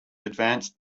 advanced